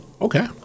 okay